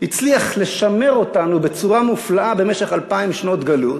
הצליח לשמר אותנו בצורה מופלאה במשך 2,000 שנות גלות,